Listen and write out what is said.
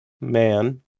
man